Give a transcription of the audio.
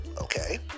okay